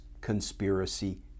conspiracy